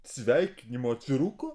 sveikinimo atviruko